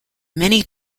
many